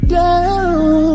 down